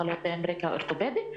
מחלות עם רקע אורתופדי.